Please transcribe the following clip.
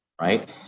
right